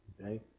Okay